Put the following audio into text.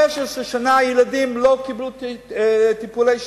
15 שנה ילדים לא קיבלו טיפולי שיניים,